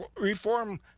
reform